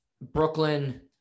Brooklyn